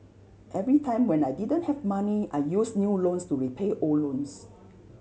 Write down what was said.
every time when I didn't have money I used new loans to repay old loans